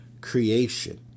creation